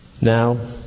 Now